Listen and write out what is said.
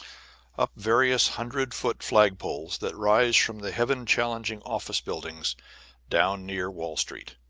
up various hundred-foot flagpoles that rise from the heaven-challenging office buildings down near wall street.